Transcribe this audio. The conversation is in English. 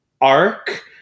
arc